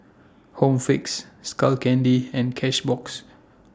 Home Fix Skull Candy and Cashbox